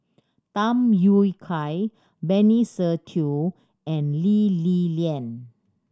Tham Yui Kai Benny Se Teo and Lee Li Lian